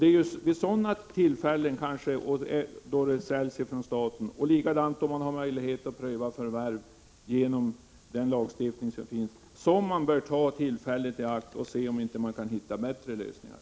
Det är när företag säljs av staten eller då man genom den lagstiftning som finns har möjlighet att pröva om man skall ge förvärvstillstånd som man bör ta tillfället i akt och se om man inte kan få till stånd bättre lösningar.